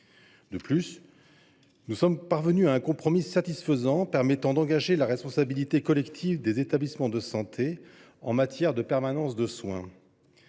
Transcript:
De plus, nous sommes parvenus à un compromis satisfaisant permettant d’engager la responsabilité collective des établissements de santé en matière de permanence des soins.